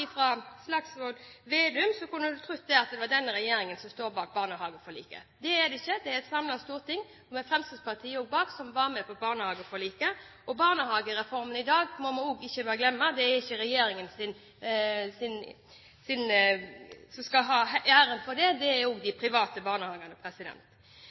Slagsvold Vedum i forrige sak, kunne man tro at det er denne regjeringen som står bak barnehageforliket. Det er det ikke. Det var et samlet storting, med Fremskrittspartiet, som var med på barnehageforliket. Barnehagereformen i dag må man heller ikke glemme. Det er ikke regjeringen som skal ha æren for den. Det er også de